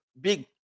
big